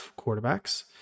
quarterbacks